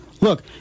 Look